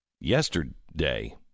yesterday